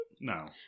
No